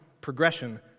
progression